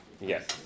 Yes